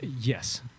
Yes